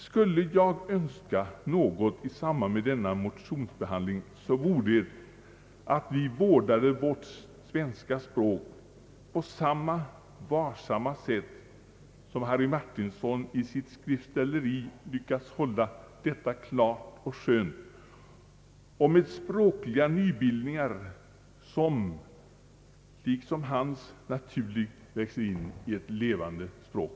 Skulle jag önska något i samband med denna motionsbehandling vore det att vi vårdade vårt svenska språk på samma varsamma sätt som Harry Martinson — han har i sitt skriftställeri lyckats hålla språket klart och skönt och skapat språkliga nybildningar som på ett naturligt sätt kunnat växa in i ett levande språk.